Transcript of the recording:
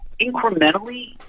incrementally